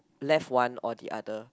left one or the other